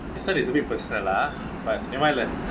this [one] is a bit personal lah but never mind lah